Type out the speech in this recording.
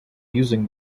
using